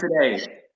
today